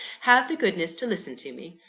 have the goodness to listen to me.